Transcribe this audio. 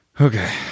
Okay